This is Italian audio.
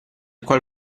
qual